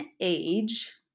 age